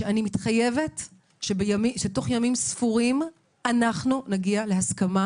שאני מתחייבת שתוך ימים ספורים אנחנו נגיע להסכמה,